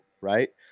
right